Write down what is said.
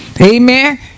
Amen